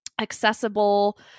accessible